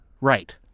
Right